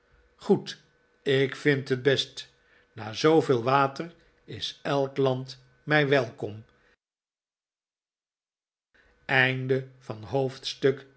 goed ik vind het best na zooveel water is elk land mij welkoml